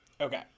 Okay